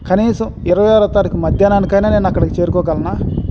కనీసం ఇరవై ఆరో తారీఖు మధ్యాహ్నానానికి అయిన నేను అక్కడికి చేరుకోగలనా